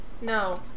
No